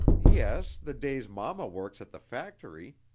yes, the days mama works at the factory.